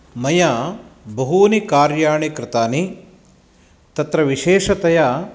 मया बहूनि कार्याणि कृतानि तत्र विशेषतया